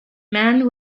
man